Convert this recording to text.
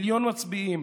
מיליון מצביעים,